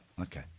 okay